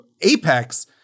Apex